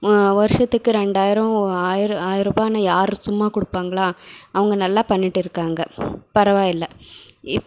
வருஷத்துக்கு ரெண்டாயிரம் ஆயிர ஆயர்ரூபான்னு யார் சும்மா கொடுப்பாங்களா அவங்க நல்லா பண்ணிகிட்டு இருக்காங்க பரவாயில்லை இப்ப